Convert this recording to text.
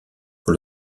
pour